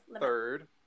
third